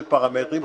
של פרמטרים,